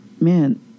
man